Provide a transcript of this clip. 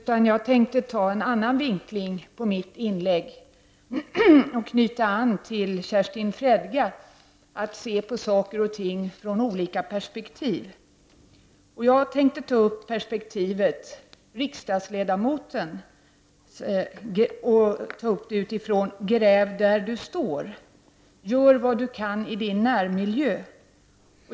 Jag tänkte i stället ta upp en annan vinkling på mitt inlägg och knyta an till vad Kerstin Fredga sade om att se på saker och ting utifrån olika perspektiv. Jag tänkte ta upp riksdagsledamotens perspektiv, utifrån tanken ”Gräv där du står, gör vad du kan i din närmiljö”.